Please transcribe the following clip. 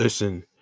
Listen